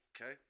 Okay